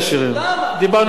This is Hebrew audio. דיברנו על שדרות